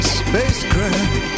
spacecraft